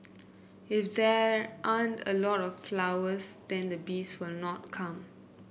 if there aren't a lot of flowers then the bees will not come